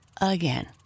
again